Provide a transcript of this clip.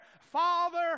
Father